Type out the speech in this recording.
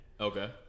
Okay